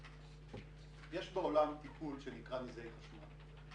יש בעולם טיפול שנקרא נזעי חשמל.